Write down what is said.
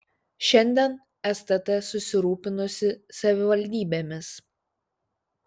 šiandien stt susirūpinusi savivaldybėmis